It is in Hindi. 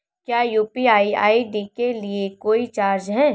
क्या यू.पी.आई आई.डी के लिए कोई चार्ज है?